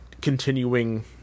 continuing